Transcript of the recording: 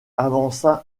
avança